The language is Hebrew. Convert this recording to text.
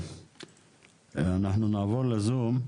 אנחנו נעבור לזום.